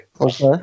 Okay